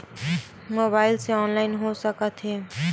Mobile से online हो सकत हे?